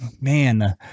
man